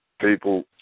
People